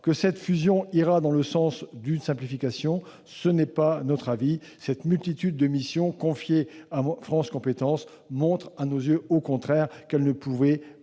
que cette fusion ira dans le sens d'une simplification, tel n'est pas notre avis. Cette multitude de missions confiées à France compétences montre au contraire, à nos yeux,